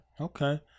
okay